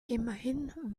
immerhin